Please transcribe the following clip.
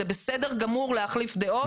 זה בסדר גמור להחליף דעות.